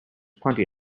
plenty